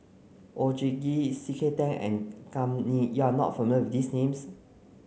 Oon Jin Gee C K Tang and Kam Ning you are not familiar with these names